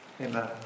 Amen